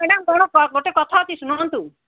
madam ମୋର ଗୋଟେ କଥା ଅଛି ଶୁଣନ୍ତୁ